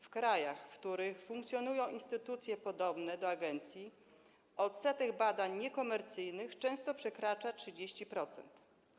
W krajach, w których funkcjonują instytucje podobne do agencji, odsetek badań niekomercyjnych często przekracza 30%.